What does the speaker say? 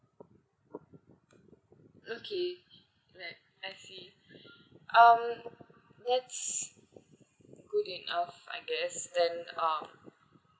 okay then I see um that's good enough I guess then uh